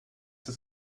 das